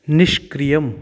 निष्क्रियम्